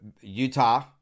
Utah